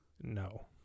No